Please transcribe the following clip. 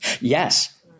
Yes